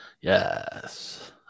Yes